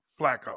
Flacco